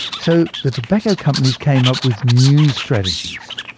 so the tobacco companies came up with new strategies.